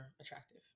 attractive